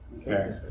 Okay